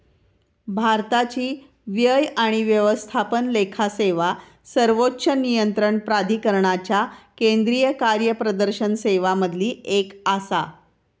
भारताची व्यय आणि व्यवस्थापन लेखा सेवा सर्वोच्च नियंत्रण प्राधिकरणाच्या केंद्रीय कार्यप्रदर्शन सेवांमधली एक आसा